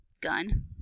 Gun